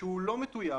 שאינו מטויב,